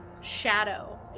Shadow